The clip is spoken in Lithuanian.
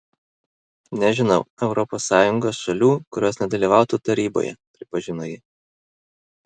nežinau europos sąjungos šalių kurios nedalyvautų taryboje pripažino ji